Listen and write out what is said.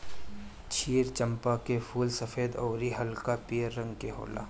क्षीर चंपा के फूल सफ़ेद अउरी हल्का पियर रंग के होला